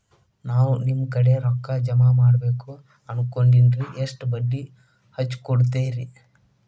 ನಾ ನಿಮ್ಮ ಕಡೆ ರೊಕ್ಕ ಜಮಾ ಮಾಡಬೇಕು ಅನ್ಕೊಂಡೆನ್ರಿ, ಎಷ್ಟು ಬಡ್ಡಿ ಹಚ್ಚಿಕೊಡುತ್ತೇರಿ?